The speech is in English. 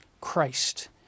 Christ